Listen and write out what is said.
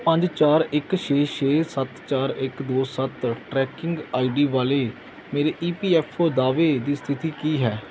ਪੰਜ ਚਾਰ ਇੱਕ ਛੇ ਛੇ ਸੱਤ ਚਾਰ ਇੱਕ ਦੋ ਸੱਤ ਟਰੈਕਿੰਗ ਆਈ ਡੀ ਵਾਲੇ ਮੇਰੇ ਈ ਪੀ ਐਫ ਔ ਦਾਅਵੇ ਦੀ ਸਥਿਤੀ ਕੀ ਹੈ